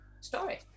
story